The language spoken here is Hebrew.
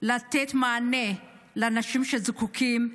לתת מענה לאנשים נזקקים.